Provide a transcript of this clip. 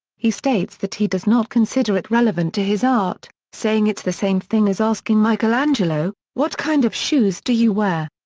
he states that he does not consider it relevant to his art, saying it's the same thing as asking michelangelo, what kind of shoes do you wear.